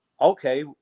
okay